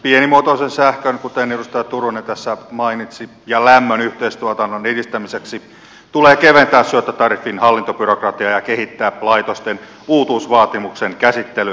pienimuotoisen sähkön kuten edustaja turunen tässä mainitsi ja lämmön yhteistuotannon edistämiseksi tulee keventää syöttötariffin hallintobyrokratiaa ja kehittää laitosten uutuusvaatimuksen käsittelyä